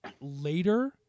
later